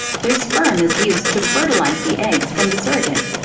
their sperm is used to fertilize the eggs from the surrogate.